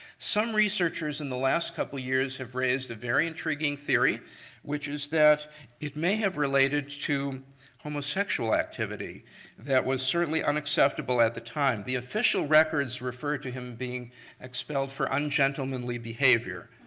some researcher in the last couple years have raised a very intriguing theory which is that it may have related to homosexual activity that was certainly unacceptable at the time. the official records refer to him being expelled for ungentlemanly behavior.